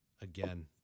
again